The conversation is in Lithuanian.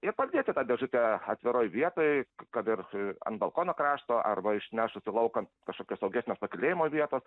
ir padėti tą dėžutę atviroj vietoj kad ir ant balkono krašto arba išnešus į lauką ant kažkokios saugesnės pakylėjimo vietos